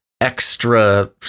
extra